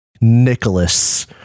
nicholas